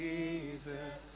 Jesus